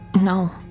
No